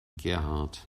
gerhard